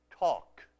Talk